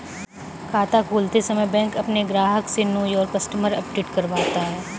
खाता खोलते समय बैंक अपने ग्राहक से नो योर कस्टमर अपडेट करवाता है